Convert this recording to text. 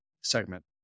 segment